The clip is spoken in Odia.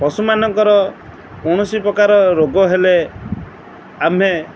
ପଶୁ ମାନଙ୍କର କୌଣସି ପ୍ରକାର ରୋଗ ହେଲେ ଆମେ